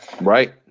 Right